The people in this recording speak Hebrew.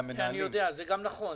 זה נכון.